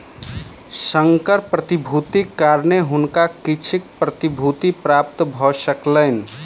संकर प्रतिभूतिक कारणेँ हुनका किछ प्रतिभूति प्राप्त भ सकलैन